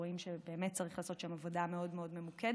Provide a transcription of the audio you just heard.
ורואים שבאמת צריך לעשות שם עבודה מאוד מאוד ממוקדת.